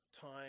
time